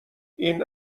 این